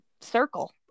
circle